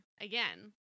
again